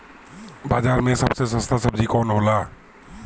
बाजार मे सबसे सस्ता सबजी कौन होला?